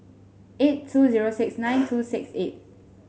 eight two zero six nine two six eight